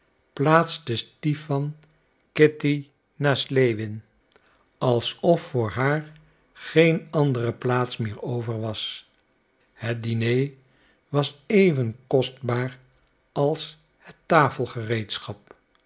plaatste stipan kitty naast lewin alsof voor haar geen andere plaats meer over was het diner was even kostbaar als het